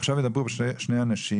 עכשיו ידברו שני אנשים,